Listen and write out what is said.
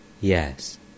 yes